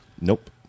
Nope